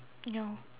ya